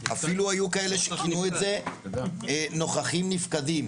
אפילו היו אלה שכינו את זה "נוכחים נפקדים".